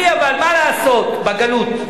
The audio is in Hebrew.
אבל אני, מה לעשות, בגלות.